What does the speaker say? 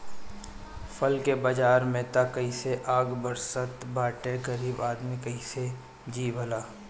फल के बाजार में त जइसे आग बरसत बाटे गरीब आदमी कइसे जी भला